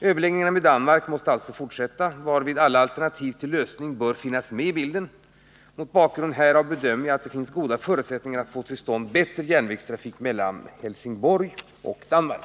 Överläggningarna med Danmark måste alltså fortsätta, varvid alla alternativ till lösning bör finnas med i bilden. Mot bakgrund härav bedömer jag att det finns goda förutsättningar att få till stånd bättre järnvägstrafik mellan Helsingborg och Danmark.